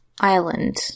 island